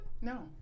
No